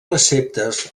receptes